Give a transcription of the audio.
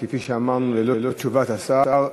כפי שאמרנו, ללא תשובת השר.